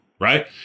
right